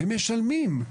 70 אחוז משלמים.